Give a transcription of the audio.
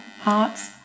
Hearts